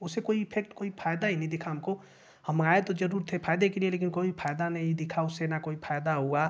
उससे कोई इफेक्ट कोई फायदा ही नहीं दिखा हमको हम आए तो जरूर थे फायदे के लिए लेकिन कोई फायदा नहीं दिखा उससे न कोई फायदा हुआ